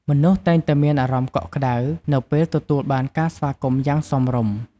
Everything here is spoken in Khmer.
មនុស្សតែងតែមានអារម្មណ៍កក់ក្តៅនៅពេលទទួលបានការស្វាគមន៍យ៉ាងសមរម្យ។